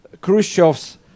Khrushchev's